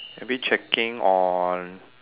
maybe checking on